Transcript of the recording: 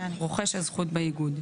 רוכש הזכות באיגוד,